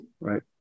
Right